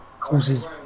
causes